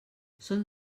són